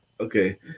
Okay